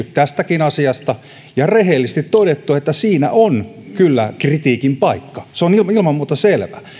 tästäkin asiasta ja rehellisesti todenneet että siinä on kyllä kritiikin paikka se on ilman muuta selvä